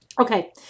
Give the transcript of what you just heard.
Okay